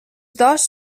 dos